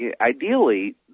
ideally